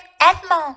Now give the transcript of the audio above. Edmond